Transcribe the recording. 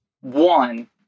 one